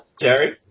Jerry